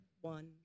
one